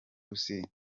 rusizi